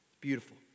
Beautiful